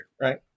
right